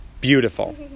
Beautiful